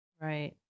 Right